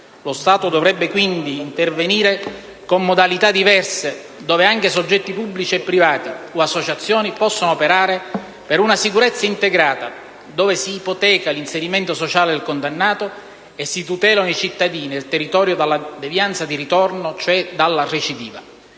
Lo Stato dovrebbe quindi intervenire con modalità diverse, con cui anche soggetti pubblici e privati, o associazioni, possono operare per realizzare una sicurezza integrata, dove si ipoteca l'inserimento sociale del condannato e si tutelano i cittadini e il territorio dalla devianza di ritorno, cioè dalla recidiva.